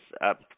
up